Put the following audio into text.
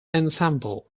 ensemble